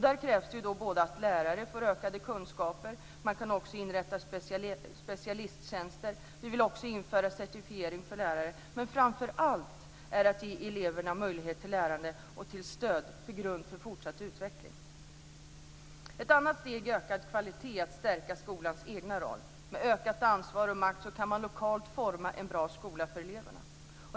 Där krävs det att lärare får ökade kunskaper. Man kan också inrätta specialisttjänster. Vidare vill vi införa certifiering för lärare. Men framför allt gäller det att ge eleverna möjlighet till lärande och stöd, som en grund för fortsatt utveckling. Ett annat steg i detta med ökad kvalitet är att stärka skolans egen roll, med ökat ansvar och makt, så att man lokalt kan forma en bra skola för eleverna.